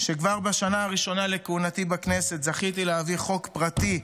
שכבר בשנה הראשונה לכהונתי בכנסת זכיתי להביא חוק פרטי,